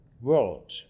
world